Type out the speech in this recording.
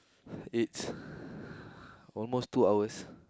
it's almost two hours